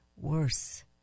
worse